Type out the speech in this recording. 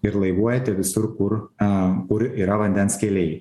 ir laivuojate visur kur em kur yra vandens keliai